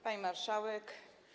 Pani Marszałek!